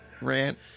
rant